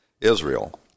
Israel